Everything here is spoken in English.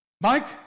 Mike